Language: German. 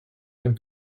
den